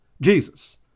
Jesus